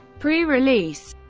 pre-release